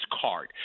card